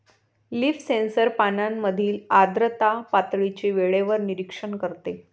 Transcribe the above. leaf sensor पानांमधील आर्द्रता पातळीचे वेळेवर निरीक्षण करते